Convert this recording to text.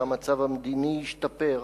שהמצב המדיני ישתפר,